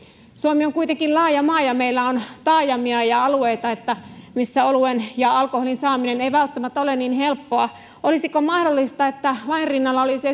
suomi on kuitenkin laaja maa ja meillä on taajamia ja alueita missä oluen ja alkoholin saaminen ei välttämättä ole niin helppoa olisiko mahdollista että lain rinnalla olisi